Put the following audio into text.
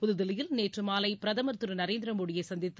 புதுதில்லியில் நேற்று மாலை பிரதமர் திரு நரேந்திர மோடியை சந்தித்து